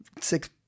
six